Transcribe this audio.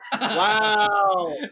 Wow